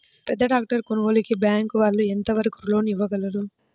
పెద్ద ట్రాక్టర్ కొనుగోలుకి బ్యాంకు వాళ్ళు ఎంత వరకు లోన్ ఇవ్వగలరు?